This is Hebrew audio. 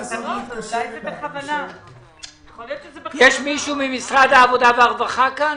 נמצא מישהו ממשרד העבודה והרווחה כאן?